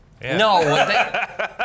No